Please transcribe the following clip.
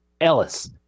Ellis